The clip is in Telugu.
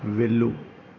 వెళ్ళు